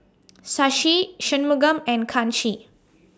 Shashi Shunmugam and Kanshi